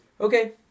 okay